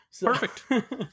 perfect